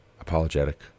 apologetic